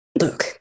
Look